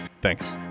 Thanks